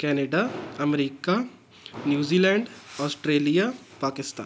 Canada America New Zealand Australia Pakistan